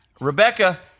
Rebecca